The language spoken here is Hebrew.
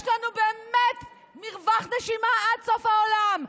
באמת יש לנו מרווח נשימה עד סוף העולם.